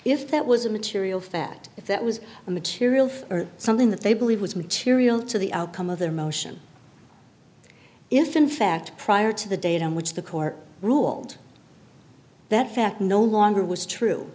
if that was a material fact if that was a material or something that they believe was material to the outcome of their motion if in fact prior to the date on which the court ruled that fact no longer was true